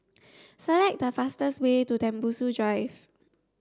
select the fastest way to Tembusu Drive